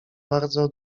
bardzo